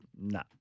Nah